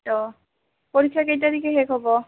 ত' পৰীক্ষা কেই তাৰিখে শেষ হ'ব